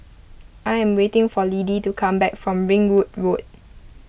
I am waiting for Lidie to come back from Ringwood Road